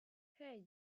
hey